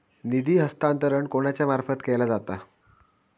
निधी हस्तांतरण कोणाच्या मार्फत केला जाता?